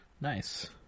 Nice